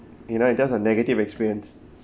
you know it's just a negative experience